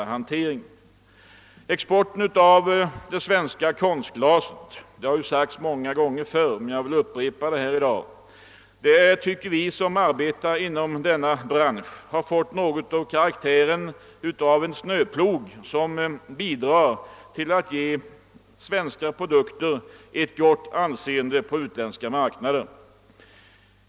Vi som arbetar inom branschen tycker att exporten av det svenska konstglaset — det har sagts många gånger förr, men jag vill upprepa det här i dag — har fått något av karaktären av en snöplog, som bidrar till att ge svenska produkter ett gott anseende på utländska marknader.